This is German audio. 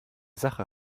sache